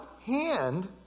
hand